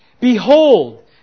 Behold